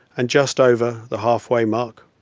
and just over the halfway mark,